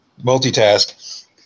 Multitask